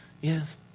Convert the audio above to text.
Yes